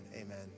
amen